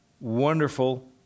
wonderful